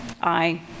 Aye